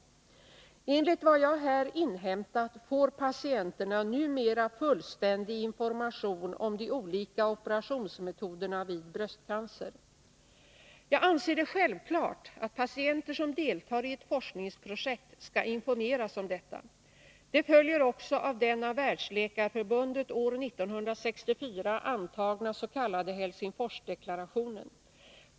Enligt vad jag här inhämtat från får patienterna numera fullständig information om de olika operationsmetoderna vid bröstcancer. Jag anser det självklart att patienter som deltar i ett forskningsprojekt skall informeras om detta. Det följer också av den av Världsläkarförbundet år 1964 antagna s.k. Helsingforsdeklarationen.